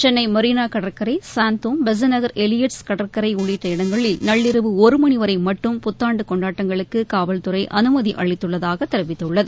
சென்னை மெரினா கடற்கரை சாந்தோம் பெசண்ட்நகள் எலியட்ஸ் கடற்கரை உள்ளிட்ட இடங்களில் நள்ளிரவு ஒருமணி வரை மட்டும் புத்தாண்டு கொண்டாட்டங்களுக்கு காவல்துறை அனுமதி அளித்துள்ளதாக தெரிவித்துள்ளது